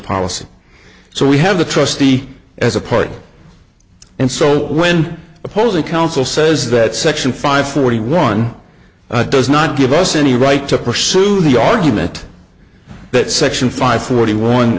policy so we have the trustee as a part and so when opposing counsel says that section five forty one does not give us any right to pursue the argument that section five forty one